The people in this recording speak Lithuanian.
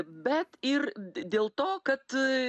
bet ir dėl to kad